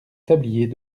tablier